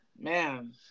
Man